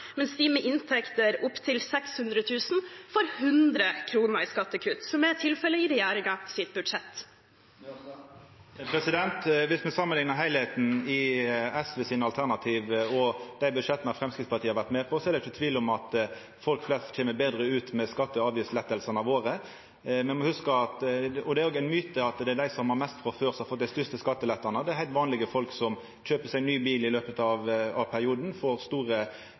mens de med inntekter opp til 600 000 kr får 100 kr i skattekutt, som er tilfellet i regjeringens budsjett? Om me samanliknar heilskapen i SV sine alternativ og dei budsjetta Framstegspartiet har vore med på, er det ikkje tvil om at folk flest kjem betre ut med skatte- og avgiftslettane våre, og det er òg ein myte at det er dei som har mest frå før, som har fått dei største skattelettane. Det er heilt vanlege folk som kjøper seg ny bil i løpet av perioden, som får store